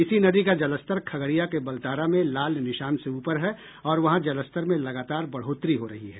इसी नदी का जलस्तर खगड़िया के बलतारा में लाल निशान से ऊपर है और वहां जलस्तर में लगातार बढ़ोतरी हो रही है